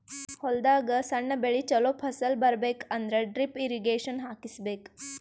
ಹೊಲದಾಗ್ ಸಣ್ಣ ಬೆಳಿ ಚೊಲೋ ಫಸಲ್ ಬರಬೇಕ್ ಅಂದ್ರ ಡ್ರಿಪ್ ಇರ್ರೀಗೇಷನ್ ಹಾಕಿಸ್ಬೇಕ್